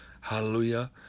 Hallelujah